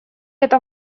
это